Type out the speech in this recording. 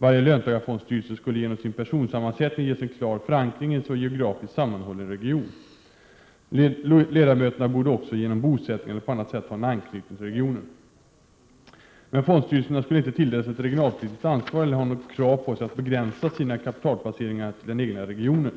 Varje löntagarfondstyrelse skulle genom sin personsammansättning ges en klar förankring i en geografiskt sammanhållen region. Ledamöterna borde också genom bosättning eller på annat sätt ha en anknytning till regionen. Men fondstyrelserna skulle inte tilldelas ett regionalpolitiskt ansvar eller ha något krav på sig att begränsa sina kapitalplaceringar till den egna regionen.